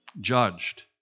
judged